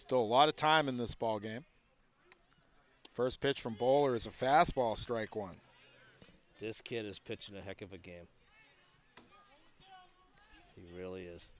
still a lot of time in this ball game first pitch from ball or is a fast ball strike one this kid is pitching a heck of a game he really is